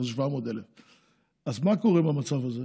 היום זה 700,000. אז מה קורה במצב הזה?